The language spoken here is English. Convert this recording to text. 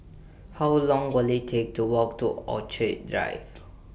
How Long Will IT Take to Walk to Orchid Drive